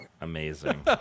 amazing